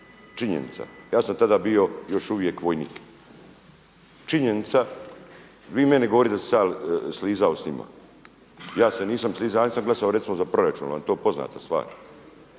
Činjenica, ja sam tada bio još uvijek vojnik. Činjenica, vi meni govorite da sam se ja slizao s njima. Ja se nisam …/Govornik se ne razumije./… glasovao recimo za proračun. Je li vam to poznata stvar?